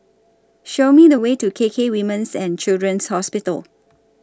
Show Me The Way to K K Women's and Children's Hospital